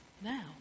now